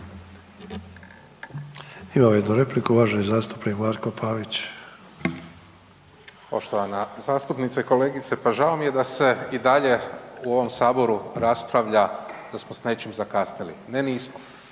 Imamo jednu repliku, uvaženi zastupnik Marko Pavić. **Pavić, Marko (HDZ)** Poštovana zastupnice i kolegice, pa žao mi je da se i dalje u ovom Saboru raspravlja da smo s nečim zakasnili. Ne, nismo.